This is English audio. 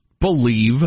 believe